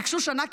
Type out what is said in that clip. ביקשו שנה,